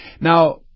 Now